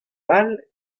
all